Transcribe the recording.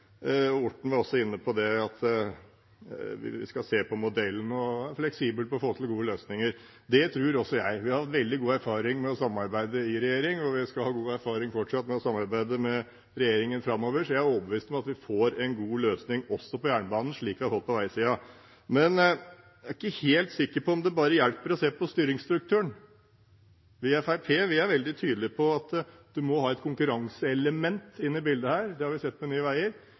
Orten var også inne på det, at vi skal se på modellene og være fleksible for å få til gode løsninger. Det tror også jeg. Vi har hatt veldig god erfaring med å samarbeide i regjering, og vi skal fortsatt ha god erfaring med å samarbeide med regjeringen framover. Jeg er overbevist om at vi får en god løsning også på jernbanen, slik vi har fått på veisiden, men jeg er ikke helt sikker på om det hjelper bare å se på styringsstrukturen. Vi i Fremskrittspartiet er veldig tydelig på at man må ha et konkurranseelement inn i dette bildet. Det har vi sett med Nye Veier.